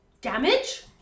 Damage